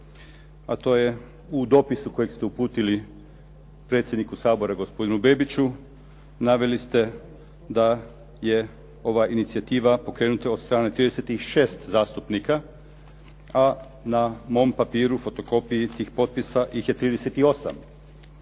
a to je u dopisu koje ste uputili predsjedniku Sabora gospodinu Bebiću. Naveli ste da je ova inicijativa pokrenuta od strane 36 zastupnika, a na mom papiru, fotokopiji tih potpisa ih je 38.